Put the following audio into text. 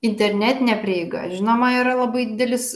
internetinė prieiga žinoma yra labai didelis